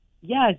Yes